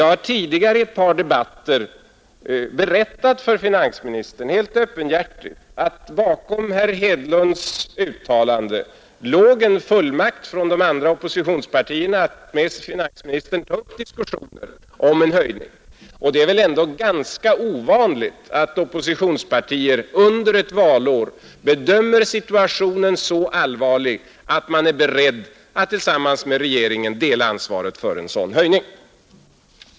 Jag har tidigare i ett par debatter berättat för finansministern, helt öppenhjärtigt, att bakom herr Hedlunds uttalande låg en fullmakt från de andra oppositionspartierna att med finansministern ta upp diskussioner om en höjning. Det är väl ändå ganska ovanligt att oppositionspartier under ett valår bedömer situationen så allvarligt att de är beredda att tillsammans med regeringen dela ansvaret för en sådan höjning.